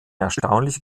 erstaunliche